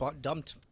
dumped